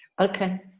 Okay